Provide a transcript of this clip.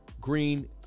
green